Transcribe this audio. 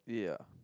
yeah